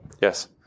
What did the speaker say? yes